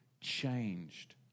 changed